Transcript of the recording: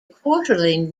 quarterly